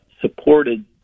supported